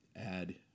add